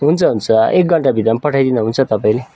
हुन्छ हुन्छ एक घन्टाभित्रमा पठाइदिँदा हुन्छ तपाईँले